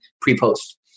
pre-post